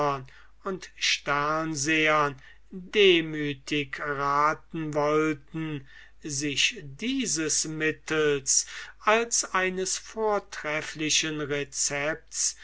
und sternsehern demütig raten wollten sich dieses mittels als eines vortrefflichen recepts